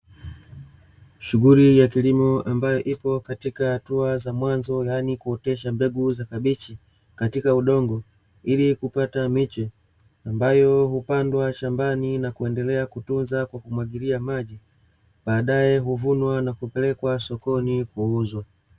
Shughuli ya kilimo ambayo ipo katika hatua za mwanzo, yaani kuotesha mbegu za kabichi katika udongo ili kupata miche, ambayo hupandwa shambani na kuendelea kutunza kwa kumwagiliwa maji, baadae huvunwa na kupelekwa sokoni kuuzwa.